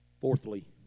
Fourthly